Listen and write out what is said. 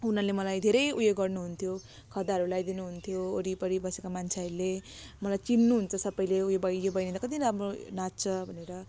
उनीहरूले मलाई धेरै उयो गर्नुहुन्थ्यो खदाहरू लगाइदिनु हुन्थ्यो वरिपरि बसेको मान्छेहरूले मलाई चिन्नुहुन्छ सबैले उयो यो बैनी त कति राम्रो नाच्छ भनेर